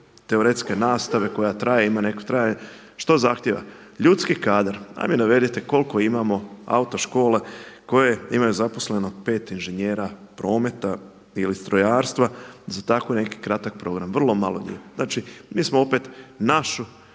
teoretske nastave koja traje, ima neko trajanje. Što zahtjeva? Ljudski kadar. Ajde mi navedite koliko imamo autoškole koje imaju zaposleno 5 inženjera prometa ili strojarstva za tako neki kratak program, vrlo malo njih. Znači mi smo opet našu